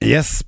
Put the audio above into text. Yes